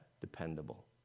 dependable